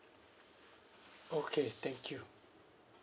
okay thank you